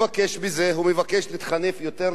הוא מבקש להתחנף יותר למתנחלים?